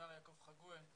מר יעקב חגואל.